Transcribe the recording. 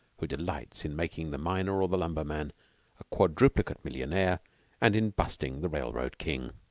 who delights in making the miner or the lumber-man a quadruplicate millionaire and in busting the railroad king.